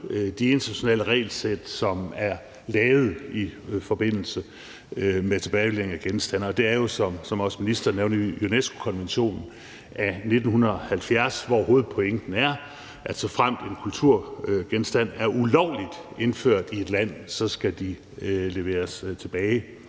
de internationale regelsæt, som er lavet i forbindelse med tilbagelevering af genstande. Og det er jo, som også ministeren nævnte, UNESCO-konventionen af 1970, hvor hovedpointen er, at såfremt en kulturgenstand er ulovligt indført i et land, skal den leveres tilbage.